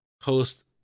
post